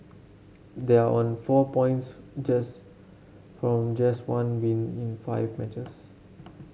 they are on four points just from just one win in five matches